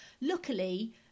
luckily